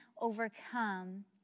overcome